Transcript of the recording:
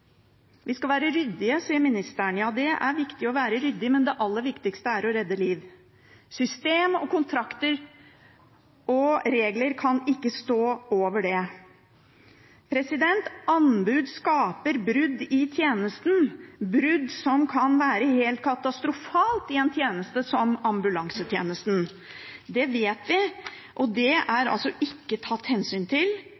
Vi skal være ryddige, sier ministeren. Ja, det er viktig å være ryddig, men det aller viktigste er å redde liv. System, kontrakter og regler kan ikke stå over det. Anbud skaper brudd i tjenesten, brudd som kan være helt katastrofale i en tjeneste som ambulansetjenesten. Det vet vi, og det